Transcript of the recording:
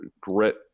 grit